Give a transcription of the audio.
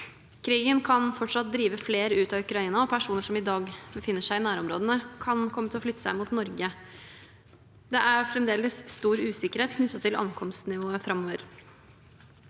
Krigen kan fortsatt drive flere ut av Ukraina, og personer som i dag befinner seg i nærområdene, kan komme til å flytte seg mot Norge. Det er fremdeles stor usikkerhet knyttet til ankomstnivået framover.